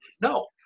no